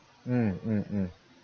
mm mm mm